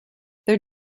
their